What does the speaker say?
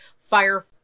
Fire